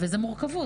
זו מורכבות.